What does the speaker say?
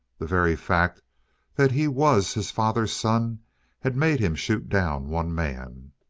the very fact that he was his father's son had made him shoot down one man.